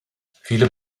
viele